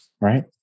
Right